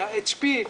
היה HP,